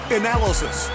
analysis